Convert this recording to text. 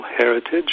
heritage